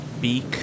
beak